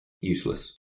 useless